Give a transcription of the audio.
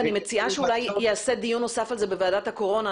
ואני מציעה שייעשה על זה דיון נוסף בוועדת הקורונה.